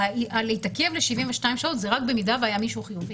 להתעכב ל-72 שעות, זה רק אם היה מישהו חיובי.